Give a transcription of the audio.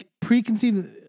preconceived